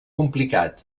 complicat